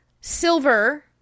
silver